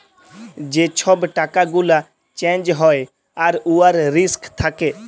যে ছব টাকা গুলা চ্যাঞ্জ হ্যয় আর উয়ার রিস্ক থ্যাকে